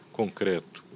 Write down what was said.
concreto